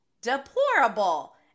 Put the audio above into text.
deplorable